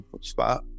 spot